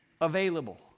Available